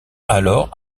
alors